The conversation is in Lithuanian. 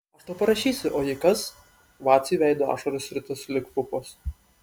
aš tau parašysiu o jei kas vaciui veidu ašaros ritosi lyg pupos